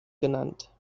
genannt